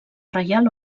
reial